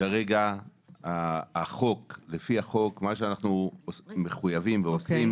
כרגע לפי החוק, מה שאנחנו מחויבים ועושים